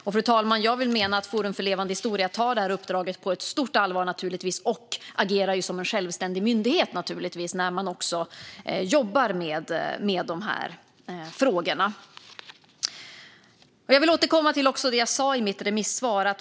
Jag vill mena, fru talman, att Forum för levande historia tar detta uppdrag på stort allvar. Det agerar naturligtvis som en självständig myndighet när det jobbar med de här frågorna. Jag vill återkomma till det jag sa i mitt svar.